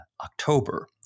October